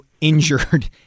injured